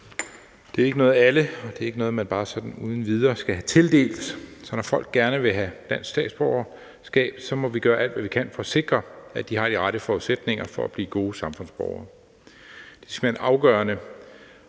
Det er ikke noget alle bare sådan uden videre skal have tildelt, så når folk gerne vil have dansk statsborgerskab, må vi gøre alt, hvad vi kan, for at sikre, at de har de rette forudsætninger for at blive gode samfundsborgere. Det er simpelt hen afgørende,